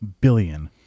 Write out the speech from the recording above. billion